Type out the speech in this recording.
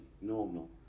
Normal